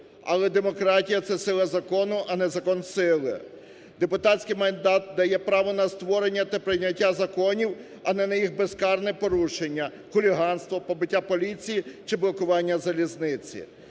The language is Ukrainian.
Але демократія – це сила закону, а не закон сили. Депутатський мандат дає право на створення та прийняття законів, а не їх безкарне порушення, хуліганство, побиття поліції чи блокування залізниці.